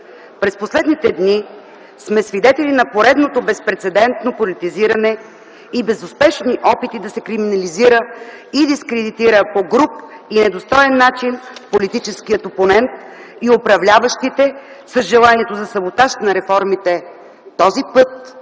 „През последните дни сме свидетели на поредното безпрецедентно политизиране и безуспешни опити да се криминализира и дискредитира по груб и недостоен начин политическия опонент и управляващите, с желанието за саботаж на реформите, този път